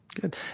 Good